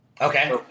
Okay